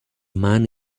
man